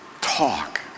talk